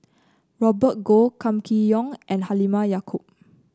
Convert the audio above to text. Robert Goh Kam Kee Yong and Halimah Yacob